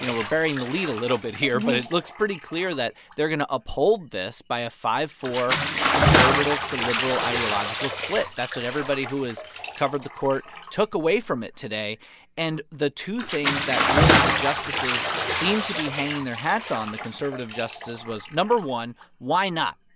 you know we're burying the lead a little bit here, but it looks pretty clear that they're going to uphold this by a five four conservative to liberal ideological split. that's what everybody who has covered the court took away from it today and the two things that really the justices seem to be hanging their hats on, the conservative justices, was, no. one why not?